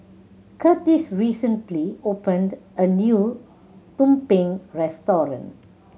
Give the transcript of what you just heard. Kurtis recently opened a new tumpeng restaurant